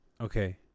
Okay